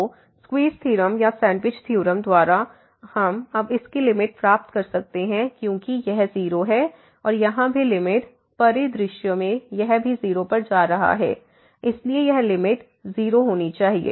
तो squeeze theorem या sandwich theorem द्वारा हम अब इसकी लिमिट प्राप्त कर सकते हैं क्योंकि यह 0 है और यहां भी लिमिट परिदृश्य में यह भी 0 पर जा रहा है इसलिए यह लिमिट 0 होनी चाहिए